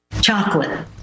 Chocolate